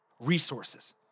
resources